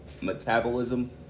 metabolism